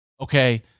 okay